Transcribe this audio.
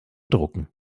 drucken